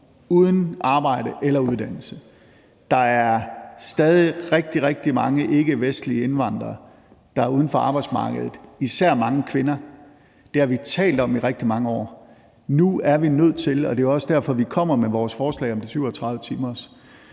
uden arbejde eller uddannelse. Der er stadig rigtig, rigtig mange ikkevestlige indvandrere, der er uden for arbejdsmarkedet, især mange kvinder. Det har vi talt om i rigtig mange år. Nu er vi nødt til – og det er jo også derfor, vi kommer med vores forslag om de 37 timers